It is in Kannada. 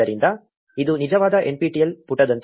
ಆದ್ದರಿಂದ ಇದು ನಿಜವಾದ nptel ಪುಟದಂತೆ ಕಾಣುತ್ತದೆ